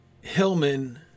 Hillman